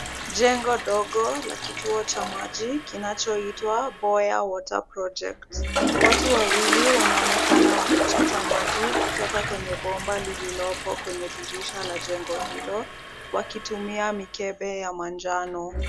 Jengo dogo la kituo cha maji kinachoitwa Boya Water Project. watu wawili wanaonekana wakichota maji kutoka kwenye bomba lililopo kwenye dirisha la jengo hilo wakitumia mikebe ya manjano.